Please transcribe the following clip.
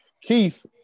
Keith